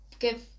Give